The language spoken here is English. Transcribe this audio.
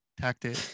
tactic